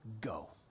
Go